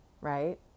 right